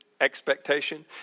expectation